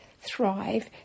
thrive